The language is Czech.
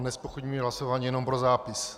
Nezpochybňuji hlasování, jenom pro zápis.